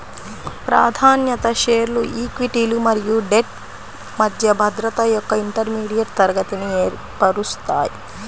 ప్రాధాన్యత షేర్లు ఈక్విటీలు మరియు డెట్ మధ్య భద్రత యొక్క ఇంటర్మీడియట్ తరగతిని ఏర్పరుస్తాయి